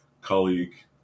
colleague